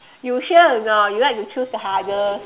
you sure or not you like to choose the hardest